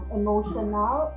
emotional